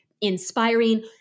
inspiring